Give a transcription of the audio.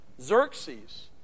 Xerxes